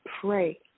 Pray